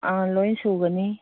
ꯑꯥ ꯂꯣꯏꯅ ꯁꯨꯒꯅꯤ